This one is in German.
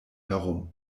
herum